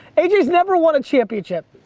aj's never won a championship,